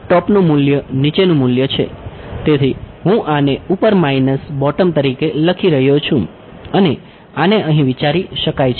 તેથી હું આને ઉપર માઈનસ બોટમ તરીકે લખી રહ્યો છું અને આને અહીં વિચારી શકાય છે